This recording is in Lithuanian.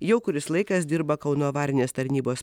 jau kuris laikas dirba kauno avarinės tarnybos